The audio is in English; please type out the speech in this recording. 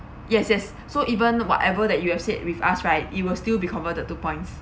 yes yes so even whatever that you have stayed with us right it will still be converted to points